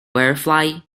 butterfly